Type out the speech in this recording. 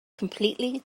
completely